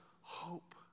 hope